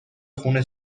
خون